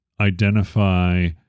identify